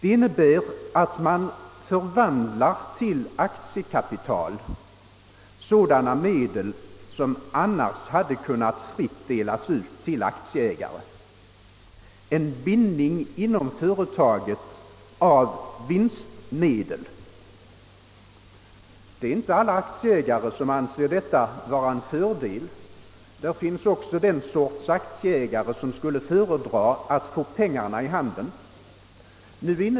Det innebär att man till aktier förvandlar sådana medel som annars fritt hade kunnat delas ut till aktieägarna, alltså en bindning av vinstmedel inom företaget. Det är inte alla aktieägare som anser detta vara en fördel. Det finns de som skulle föredra att få pengarna i handen.